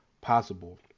possible